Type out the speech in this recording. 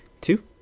two